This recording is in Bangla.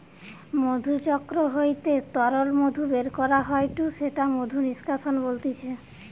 মধুচক্র হইতে তরল মধু বের করা হয়ঢু সেটা মধু নিষ্কাশন বলতিছে